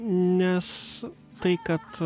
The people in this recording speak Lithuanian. nes tai kad